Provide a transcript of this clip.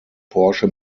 porsche